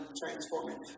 transforming